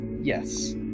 Yes